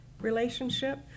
relationship